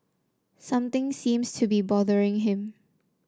something seems to be bothering him